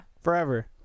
forever